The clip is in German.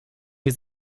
wir